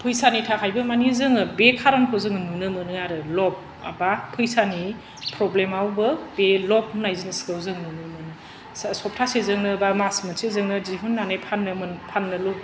फैसानि थाखायबो मानि जोङो बे खारनखौ जोङो नुनो मोनो आरो लब बा फैसानि प्रब्लेमआवबो बे लब होननाय जिनिसखौ जों नुनो मोनो सप्तासेजोंनो बा मास मोनसेजोंनो दिहुननानै फाननो मोन फानो लुब